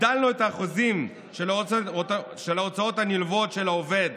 הגדלנו את האחוזים של ההוצאות הנלוות של העובד